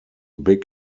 big